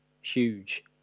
huge